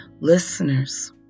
Listeners